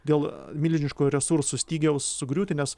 dėl milžiniškų resursų stygiaus sugriūti nes